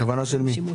כוונה של מי?